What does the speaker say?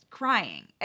Crying